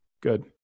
Good